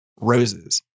roses